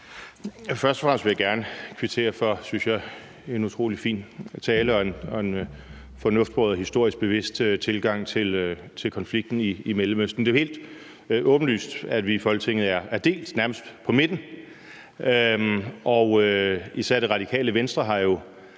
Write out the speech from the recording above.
Først og fremmest vil jeg gerne kvittere for, synes jeg, en utrolig fin tale og en fornuftbåret historisk bevidst tilgang til konflikten i Mellemøsten. Det er helt åbenlyst, at vi i Folketinget er delt nærmest på midten, og især Radikale Venstre har